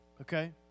Okay